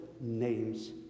names